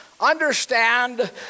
Understand